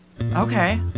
Okay